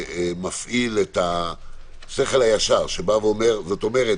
מפעיל את השכל הישר שבא ואומר זאת אומרת,